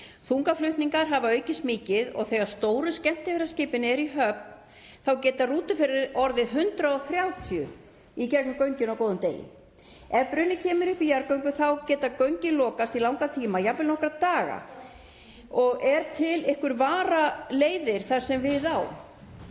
Þungaflutningar hafa aukist mikið og þegar stóru skemmtiferðaskipin eru í höfn geta rútuferðir orðið 130 í gegnum göngin á góðum degi. Ef bruni kemur upp í jarðgöngum geta göngin lokast í langan tíma, jafnvel nokkra daga. Eru til einhverjar varaleiðir þar sem við á?